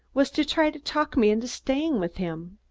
was to try to talk me into staying with him.